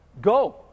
Go